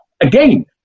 Again